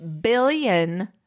billion